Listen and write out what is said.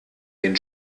den